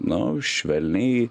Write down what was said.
na švelniai